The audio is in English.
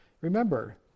remember